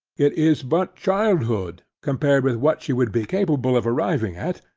it is but childhood, compared with what she would be capable of arriving at,